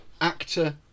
actor